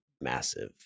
massive